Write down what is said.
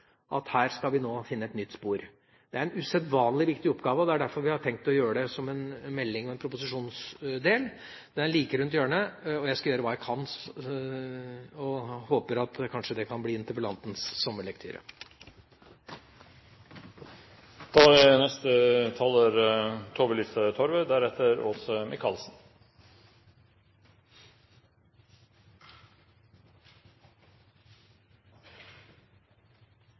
at her skal vi nå finne et nytt spor. Det er en usedvanlig viktig oppgave, og det er derfor vi har tenkt å gjøre det som en melding og en proposisjonsdel. Den er like rundt hjørnet, og jeg skal gjøre hva jeg kan. Jeg håper at det kanskje kan være interpellantens sommerlektyre. Dette er